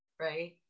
right